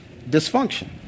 dysfunction